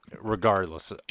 Regardless